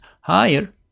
higher